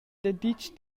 daditg